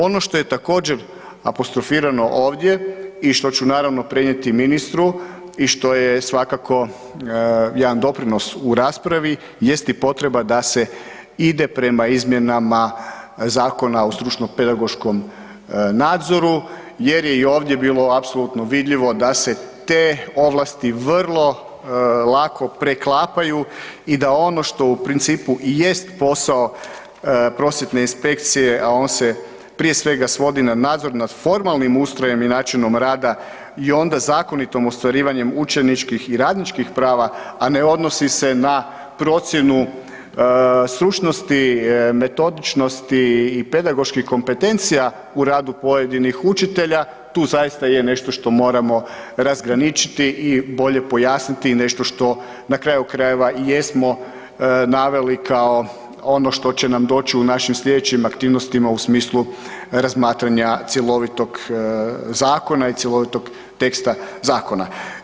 Ono što je također apostrofirano ovdje i što ću naravno prenijeti ministru i što je svakako jedan doprinos u raspravi jest i potreba da se ide prema izmjenama Zakona o stručno pedagoškom nadzoru jer je i ovdje bilo apsolutno vidljivo da se te ovlasti vrlo lako preklapaju i da ono što u principu i jest posao prosvjetne inspekcije a on se prije svega svodi na nadzor nad formalnim ustrojem i načinom rada i onda zakonitom ostvarivanju učeničkih i radničkih prava a ne odnosi se na procjenu stručnosti, metodičnosti i pedagoških kompetencija u radu pojedinih učitelja, tu zaista je nešto što moramo razgraničiti i bolje pojasniti nešto što na kraju krajeva i jesmo naveli kao ono što će nam doći u našim slijedećim aktivnostima u smislu razmatranja cjelovitog zakona i cjelovitog teksta zakona.